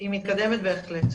היא מתקדמת בהחלט.